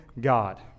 God